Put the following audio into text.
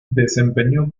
desempeñó